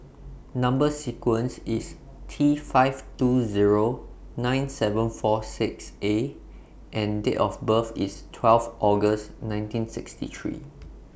Number sequence IS T five two Zero nine seven four six A and Date of birth IS twelve August nineteen sixty three